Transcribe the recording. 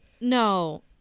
No